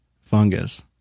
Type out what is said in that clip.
fungus